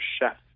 chef